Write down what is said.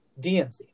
dnc